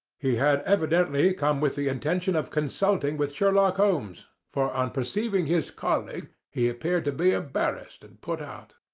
he had evidently come with the intention of consulting with sherlock holmes, for on perceiving his colleague he appeared to be embarrassed and put out.